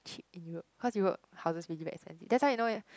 cheap in Europe cause europe houses really expensive that's why you know